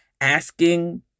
asking